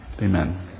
Amen